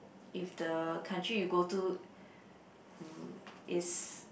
if the country you go to mm is